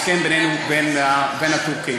ההסכם בינינו לבין הטורקים.